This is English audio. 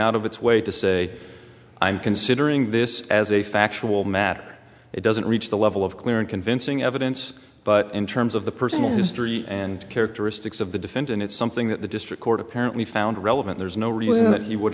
out of its way to say i'm considering this as a factual matter it doesn't reach the level of clear and convincing evidence but in terms of the personal history and characteristics of the defendant it's something that the district court apparently found relevant there's no reason that he would